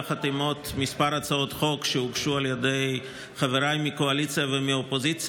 יחד עם עוד הצעות חוק שהוגשו על ידי חבריי מהקואליציה ומהאופוזיציה,